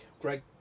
Greg